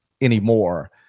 anymore